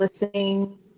Listening